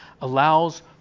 allows